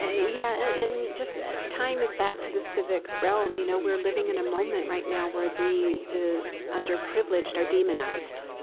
yeah and just ah tying this back to the civic realm, you know we're living in a moment right now where the the underprivileged are demonized.